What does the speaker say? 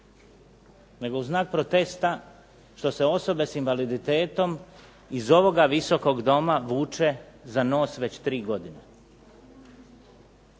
nego u znak protesta što se osobe s invaliditetom iz ovoga Visokog doma vuče za nos već tri godine.